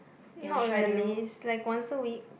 not really is like once a week